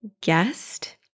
guest